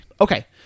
Okay